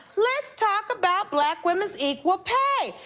let's talk about black women's equal pay.